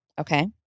Okay